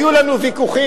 היו לנו ויכוחים,